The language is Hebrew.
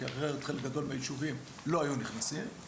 כי אחרת חלק גדול מהיישובים לא היו נכנסים.